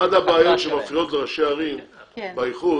אחת הבעיות שמפריעות לראשי ערים באיחוד